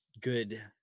good –